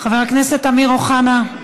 חבר הכנסת אמיר אוחנה, בבקשה,